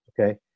okay